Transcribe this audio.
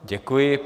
Děkuji.